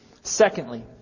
Secondly